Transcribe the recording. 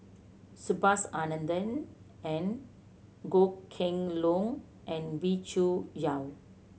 Subhas Anandan and Goh Kheng Long and Wee Cho Yaw